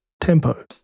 tempo